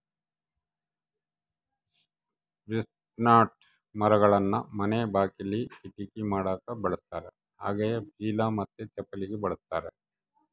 chestnut ಮರಗಳನ್ನ ಮನೆ ಬಾಕಿಲಿ, ಕಿಟಕಿ ಮಾಡಕ ಬಳಸ್ತಾರ ಹಾಗೆಯೇ ಚೀಲ ಮತ್ತೆ ಚಪ್ಪಲಿಗೆ ಬಳಸ್ತಾರ